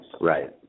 right